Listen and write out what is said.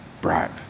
bribe